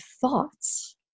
thoughts